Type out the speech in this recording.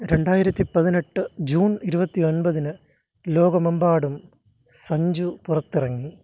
രണ്ടായിരത്തി പതിനെട്ട് ജൂൺ ഇരുപത്തിയൊൻപതിന് ലോകമെമ്പാടും സഞ്ജു പുറത്തിറങ്ങി